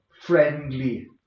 friendly